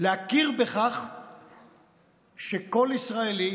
להכיר בכך שכל ישראלי